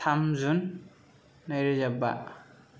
थाम जुन नैरोजा बा